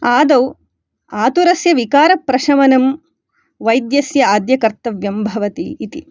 आदौ आतुरस्य विकारप्रशमनं वैद्यस्य आद्यकर्तव्यं भवति इति